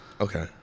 Okay